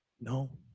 No